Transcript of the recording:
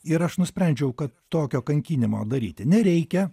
ir aš nusprendžiau kad tokio kankinimo daryti nereikia